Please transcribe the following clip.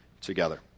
together